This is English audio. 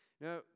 Now